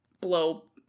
blow